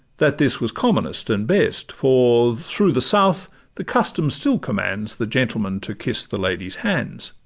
that this was commonest and best, for through the south the custom still commands the gentleman to kiss the lady's hands.